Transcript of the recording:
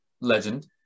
Legend